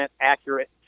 accurate